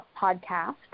podcast